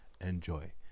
enjoy